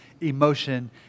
emotion